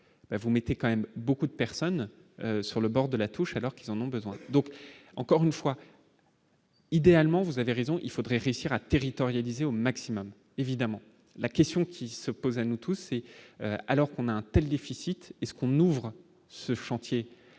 vous mettez quand même beaucoup de personnes sur le bord de la touche alors qu'ils en ont besoin, donc encore une fois. Idéalement, vous avez raison il faudrait réussir à territorialiser au maximum, évidemment la question qui se pose à nous tous, et alors qu'on appelle déficit est-ce qu'on ouvre ce chantier